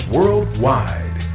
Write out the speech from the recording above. Worldwide